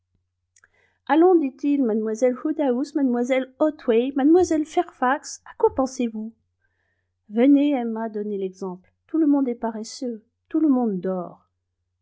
allons dit-il mademoiselle woodhouse mademoiselle otway mademoiselle fairfax à quoi pensez-vous venez emma donner l'exemple tout le monde est paresseux tout le monde dort